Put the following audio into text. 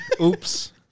Oops